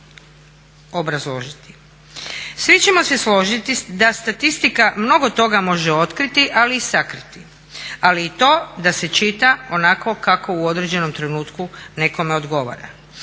Svi ćemo se složiti da statistika mnogo toga može otkriti ali i sakriti. Ali i to da se čita onako kako u određenom trenutku nekome odgovara.